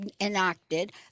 enacted